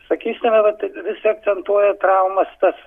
sakysime vat visi akcentuoja traumas tas